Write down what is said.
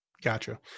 Gotcha